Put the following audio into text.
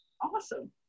Awesome